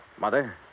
Mother